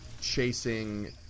chasing